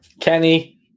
Kenny